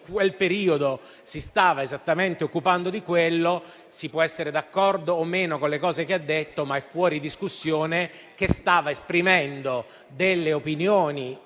in quel periodo si stava esattamente occupando di quello. Si può essere d'accordo o no con le cose che ha detto, ma è fuori discussione che stava esprimendo delle opinioni,